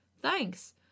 Thanks